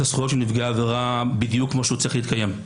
הזכויות של נפגעי עבירה בדיוק כמו שהוא צריך להתקיים.